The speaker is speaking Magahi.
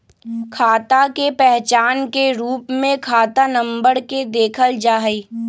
खाता के पहचान के रूप में खाता नम्बर के देखल जा हई